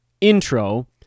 intro